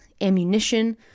ammunition